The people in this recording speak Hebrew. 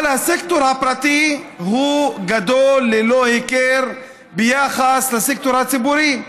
אבל הסקטור הפרטי הוא גדול ללא היכר ביחס לסקטור הציבורי.